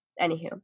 anywho